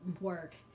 work